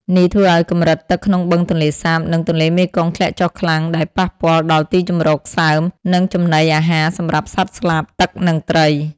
នេះធ្វើឱ្យកម្រិតទឹកក្នុងបឹងទន្លេសាប និងទន្លេមេគង្គធ្លាក់ចុះខ្លាំង ដែលប៉ះពាល់ដល់ទីជម្រកសើម និងចំណីអាហារសម្រាប់សត្វស្លាបទឹក និងត្រី។